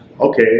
okay